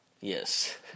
Yes